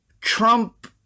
Trump